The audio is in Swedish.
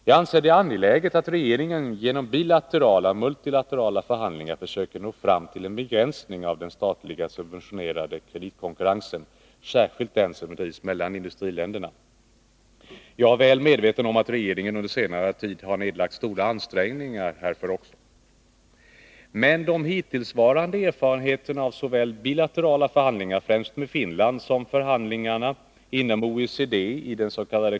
Jag anser det angeläget att regeringen genom bilaterala och multilaterala förhandlingar försöker nå fram till en begränsning av den statligt subventionerade kreditkonkurrensen, särskilt den som bedrivs mellan industriländerna. Jag är väl medveten om att regeringen under senare tid har nedlagt stora ansträngningar härför. De hittillsvarande erfarenheterna av såväl bilaterala förhandlingar, främst med Finland, som av förhandlingarna inom OECD is.k.